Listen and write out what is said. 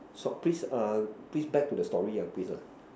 so please err please back to the story ah please lah